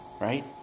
Right